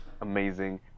amazing